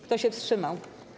Kto się wstrzymał?